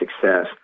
success